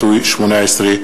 פ/2505/18.